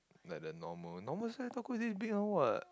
like the normal normal size taco is this big one what